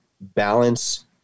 balance